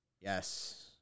Yes